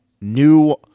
new